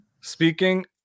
speaking